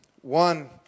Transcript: One